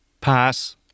Pass